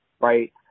right